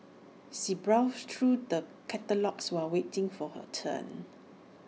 she browsed through the catalogues while waiting for her turn